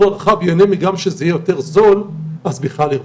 הרחב ייהנה גם מזה שזה יהיה יותר זול אז בכלל הרווחנו.